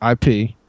IP